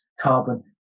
carbon